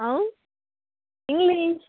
हांव इंग्लीश